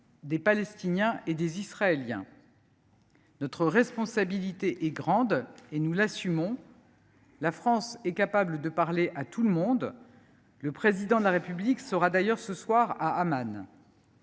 des Palestiniens et des Israéliens. Notre responsabilité est grande et nous l’assumons. La France est capable de parler à tout le monde. Le Président de la République se rendra d’ailleurs ce soir à Amman.